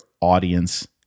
audience